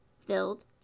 filled